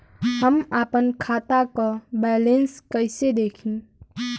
हम आपन खाता क बैलेंस कईसे देखी?